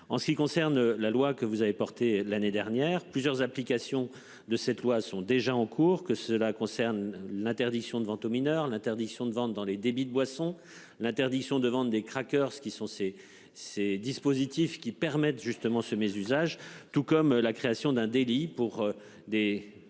En ce qui concerne la loi que vous avez porté l'année dernière plusieurs application de cette loi sont déjà en cours, que cela concerne l'interdiction de vente aux mineurs, l'interdiction de vente dans les débits de boisson, l'interdiction de vente des crackers ceux qui sont ces ces dispositifs qui permettent justement ce mésusage tout comme la création d'un délit pour des